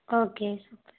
okay super